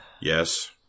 Yes